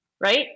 right